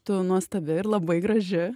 tu nuostabi ir labai graži